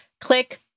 click